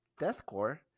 deathcore